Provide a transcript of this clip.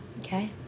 Okay